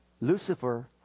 Lucifer